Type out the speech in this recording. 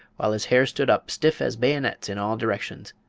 while his hair stood up stiff as bayonets in all directions.